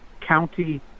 county